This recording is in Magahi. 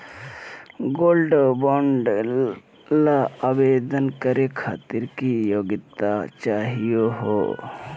गोल्ड बॉन्ड ल आवेदन करे खातीर की योग्यता चाहियो हो?